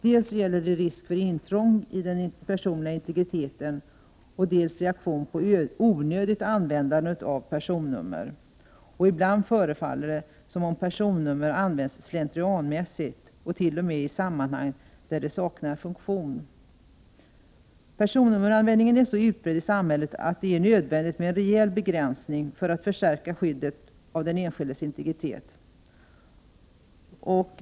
Det gäller risken för intrång i den personliga integriteten men även reaktioner på onödigt användande av personnummer. Ibland förefaller det som om personnummer används slentrianmässigt och t.o.m. i sammanhang där det saknar funktion. Personnummeranvändningen är så utbredd i samhället att det är nödvändigt med en rejäl begränsning för att förstärka skyddet av den enskildes integritet.